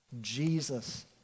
Jesus